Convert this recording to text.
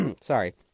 Sorry